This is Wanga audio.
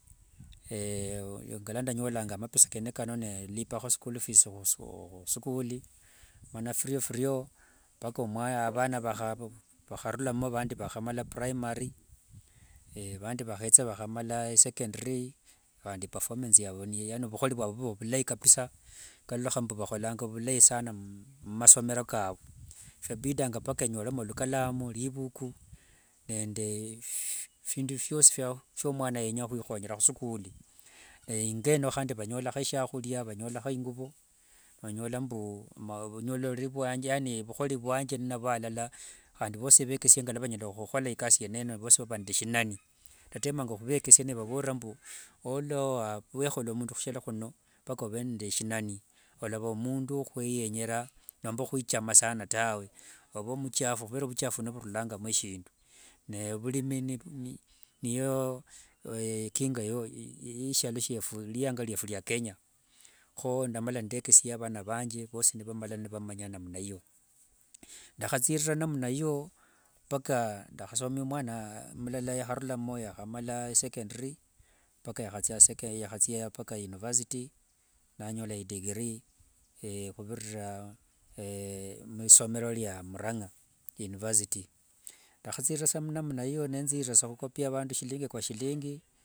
ngalwandanyolanga mapesa kene kano nendipaho school fees huskuli, mana firio firio mpaka avana vahava, vaharulamo vandi vahamala primary, avandi vahetsa vahamala isecondary, handi performance yaavu yaani vuhori vwavu vuva ovulayi kabisaa, nikaloloha mbu vaholanga ovulayi saana mumasomero kavu. Viabidanga mpaka enyolemo ikalamu, ribuku, nende findu fyosi fia mwana yenya ohwihonyera msikuli, naye ingo eno handi vanyolaho eshiahuria, vanyolaho inguvo, vanyola mbu vuhori vwanje ninavo alala, handi vosi vechesia ngalwa vanyala huhola ikasi yene eyo, ni vosi vava nde esinani, ndatemanga huvechesia nevavorera mvu orula wehola omundu husialo huno mpaka ove nde eshinani, olava omundu wohweyenyera nomba hwichama saana tawe, ove muchafu ohuva vuchafu nivurulangamo eshindu, naye vurimi niiyo kinga yeshialo shiefu, riyanga riefu ria kenya, ho ndamala nindeekesia avana vanje vosi nivamala nivamanya namna iyo. Ndahatsirira namna iyo mpaka ndahasomia omwana mulala yaharulamo yahamala isecondary mpaka yahatsia mpaka university, naanyola idegree huvirira hurisomrero ria murang'a university, ndahatsirira sa namna iyo netsirira hukopia vandu shilingi kwa shilingi.